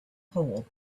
hole